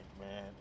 man